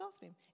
bathroom